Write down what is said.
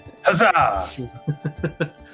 Huzzah